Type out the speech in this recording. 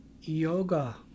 Yoga